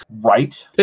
Right